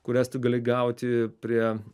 kurias tu gali gauti prie